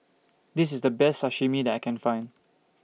This IS The Best Sashimi that I Can Find